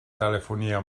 telefonia